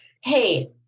hey